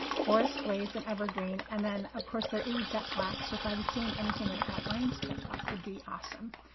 forest glades and evergreen. and then of course, there is jet black. so if i was doing anything with outlines, jet black would be awesome.